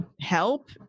help